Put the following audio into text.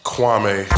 Kwame